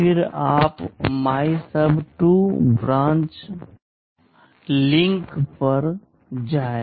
फिर आप MYSUB2 branch और लिंक पर जाएं